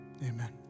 Amen